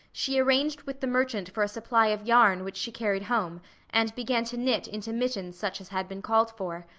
she arranged with the merchant for a supply of yarn which she carried home and began to knit into mittens such as had been called for.